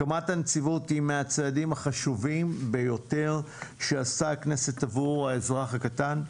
הקמת הנציבות היא מהצעדים החשובים ביותר שעשתה הכנסת עבור האזרח הקטן,